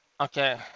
Okay